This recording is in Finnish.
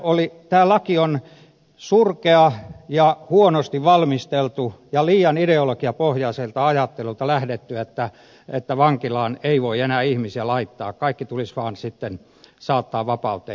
tämä laki on surkea ja huonosti valmisteltu ja on liian ideologiapohjaiselta ajattelulta lähdetty että vankilaan ei voi enää ihmisiä laittaa kaikki tulisi vaan sitten saattaa vapauteen